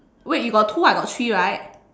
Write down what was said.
wait you got two I got three right